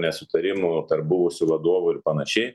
nesutarimų tarp buvusių vadovų ir panašiai